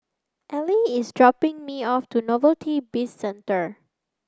Ell is dropping me off to Novelty Bizcentre